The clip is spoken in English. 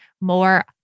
more